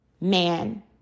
man